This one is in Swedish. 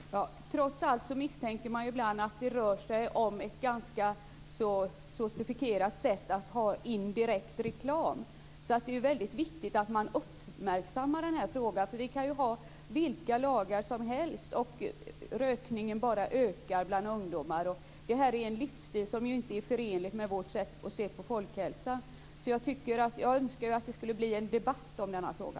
Fru talman! Trots allt misstänker man ibland att det rör sig om ett ganska sofistikerat sätt att ha indirekt reklam, så det är väldigt viktigt att man uppmärksammar denna fråga. Vi kan ha vilka lagar som helst, och rökningen bara ökar bland ungdomar. Det är en livsstil som inte är förenlig med vårt sätt att se på folkhälsan. Jag önskar att det skulle bli en debatt om denna fråga.